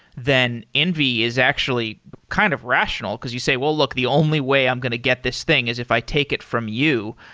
then envy is actually kind of rational, because you say, well, look, the only way i'm going to get this thing is if i take it from you.